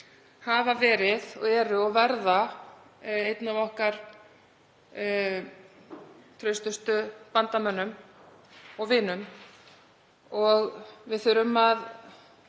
hafa verið, eru og verða einn af okkar traustustu bandamönnum og vinum. Við þurfum að